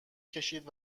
کشید